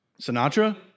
Sinatra